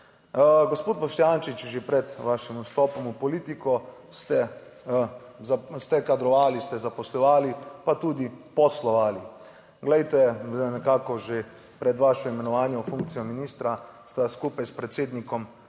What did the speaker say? Gospod Boštjančič, že pred vašim vstopom v politiko ste, ste kadrovali, ste zaposlovali pa tudi poslovali. Glejte, nekako že pred vašo imenovanje v funkcijo ministra sta skupaj s predsednikom